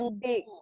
big